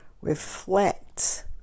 reflect